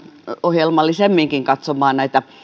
ohjelmallisemminkin katsomaan näitä